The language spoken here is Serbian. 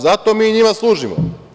Za to mi njima služimo.